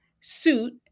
suit